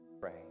Pray